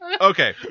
Okay